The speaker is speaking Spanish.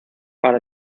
para